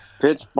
Pitch